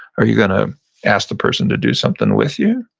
are you gonna ask the person to do something with you?